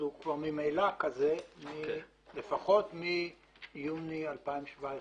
הוא כבר ממילא כזה לפחות מיוני 2017,